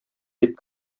дип